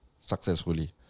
successfully